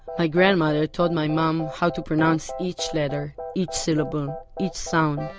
my grandmother taught my mom how to pronounce each letter, each syllable, each sound,